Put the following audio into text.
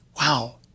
Wow